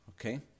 okay